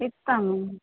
ఇస్తాం